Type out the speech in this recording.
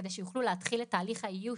כדי שיוכלו להתחיל את תהליך האיוש.